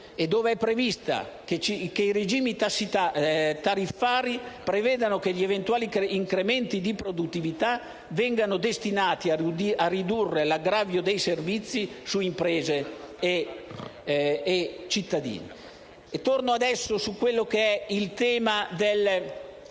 aggregazioni, oltre a regimi tariffari che prevedano che gli eventuali incrementi di produttività vengano destinati a ridurre l'aggravio dei servizi su imprese e cittadini. Torno adesso sull'altro tema che